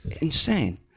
insane